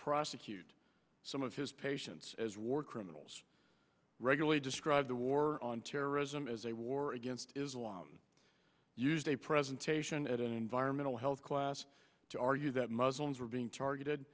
prosecute some of his patients as war criminals regularly describe the war on terrorism as a war against islam and used a presentation at an environmental health class to argue that muslims were being targeted